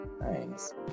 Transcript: Thanks